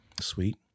Sweet